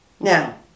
Now